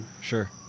sure